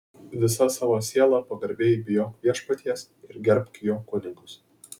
visa savo siela pagarbiai bijok viešpaties ir gerbk jo kunigus